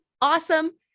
awesome